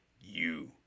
you